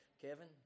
Kevin